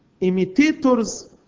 imitators